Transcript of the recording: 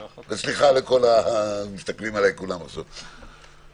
זה לא שיש מניעה משפטית לעשות את זה.